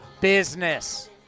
business